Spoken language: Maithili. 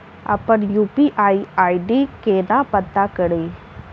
अप्पन यु.पी.आई आई.डी केना पत्ता कड़ी?